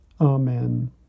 Amen